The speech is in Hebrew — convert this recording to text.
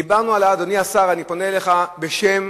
אדוני השר, אני פונה אליך בשם